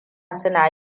suna